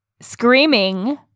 screaming